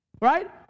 right